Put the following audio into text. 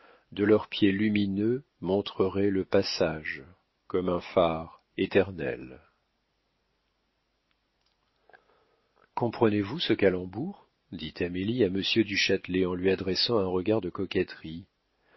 de leurs pieds lumineux montrerait le passage comme un phare éternel comprenez-vous ce calembour dit amélie à monsieur du châtelet en lui adressant un regard de coquetterie